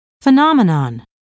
phenomenon